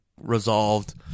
resolved